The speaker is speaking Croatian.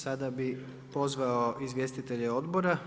Sada bi pozvao izvjestitelje odbora.